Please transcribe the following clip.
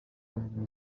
yabonye